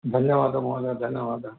धन्यवादः महोदयः धन्यवादः